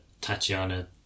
Tatiana